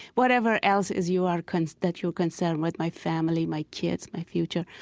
whatever else is you are kind of that you're concerned with my family, my kids, my future.